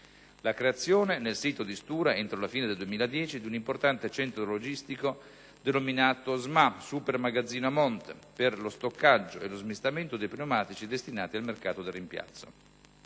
la creazione nel sito di Stura, entro la fine del 2010, di un importante centro logistico denominato SMA (Super Magazzino Amont) per lo stoccaggio e lo smistamento dei pneumatici destinati al mercato del rimpiazzo.